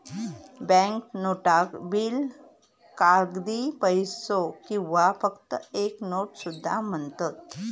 bank नोटाक bill, कागदी पैसो किंवा फक्त एक नोट सुद्धा म्हणतत